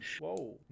Whoa